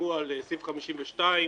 שימוע לסעיף 52,